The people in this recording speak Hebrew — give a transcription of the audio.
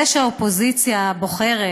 זה שהאופוזיציה בוחרת